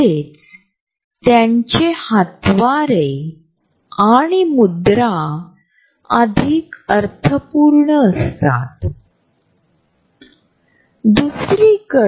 आणि त्याच वेळी असे आढळले की सामर्थ्य दाखविण्यासाठी एखादी व्यक्ती शारीरिक दृष्टीकोनातून खूप दूर देखील असू शकते